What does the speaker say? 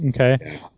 Okay